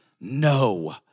no